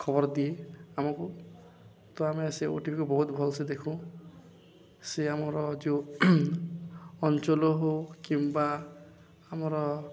ଖବର ଦିଏ ଆମକୁ ତ ଆମେ ସେ ଓ ଟିଭିକୁ ବହୁତ ଭଲ୍ସେ ଦେଖୁ ସେ ଆମର ଯୋଉ ଅଞ୍ଚଳ ହେଉ କିମ୍ବା ଆମର